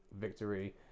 victory